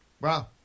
Wow